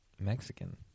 Mexican